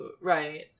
right